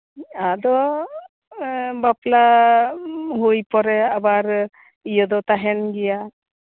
ᱟᱫᱚᱵᱟᱯᱞᱟ ᱦᱩᱭ ᱯᱚᱨᱮ ᱟᱵᱟᱨ ᱤᱭᱟᱹ ᱫᱚ ᱛᱟᱦᱮᱸᱱ ᱜᱮᱭᱟ